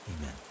amen